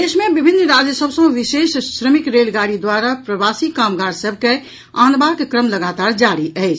प्रदेश मे विभिन्न राज्य सभ सॅ विशेष श्रमिक रेलगाड़ी द्वारा प्रवासी कामगार सभ के आनबाक क्रम लगातार जारी अछि